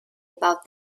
about